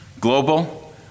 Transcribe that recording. Global